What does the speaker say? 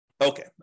Okay